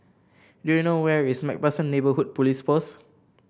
do you know where is MacPherson Neighbourhood Police Post